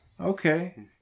okay